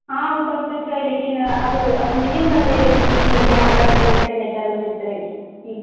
हँ ओ सब तऽ छै लेकिन अब अपनहिये ने बतेबै कि केना करल जैते नहि करल जैते